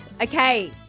Okay